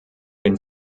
den